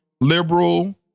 liberal